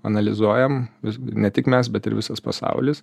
analizuojam ne tik mes bet ir visas pasaulis